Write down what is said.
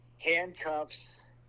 handcuffs